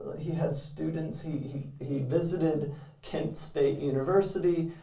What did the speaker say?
he had students, he he visited kent state university,